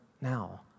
now